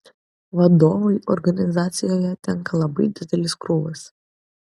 vadovui organizacijoje tenka labai didelis krūvis